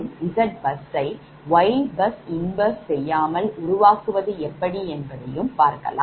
மற்றும் Zbus யை Ybus 1 செய்யாமல் உருவாக்குவது எப்படி என்பதையும் பார்க்கலாம்